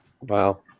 Wow